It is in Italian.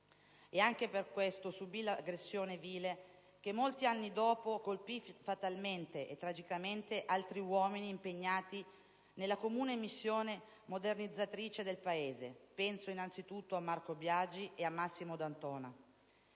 Anche per questo subì l'aggressione vile che molti anni dopo colpì fatalmente e tragicamente altri uomini impegnati nella comune missione modernizzatrice del Paese. Penso innanzitutto a Marco Biagi e a Massimo D'Antona.